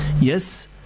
Yes